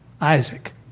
Isaac